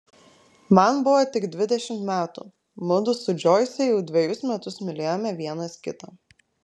man buvo tik dvidešimt metų mudu su džoise jau dvejus metus mylėjome vienas kitą